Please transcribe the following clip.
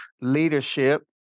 Leadership